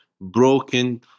broken